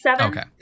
Okay